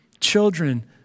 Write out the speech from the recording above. children